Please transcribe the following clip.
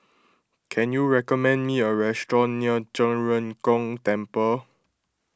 can you recommend me a restaurant near Zhen Ren Gong Temple